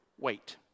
wait